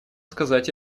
сказать